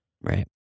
Right